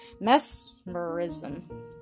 mesmerism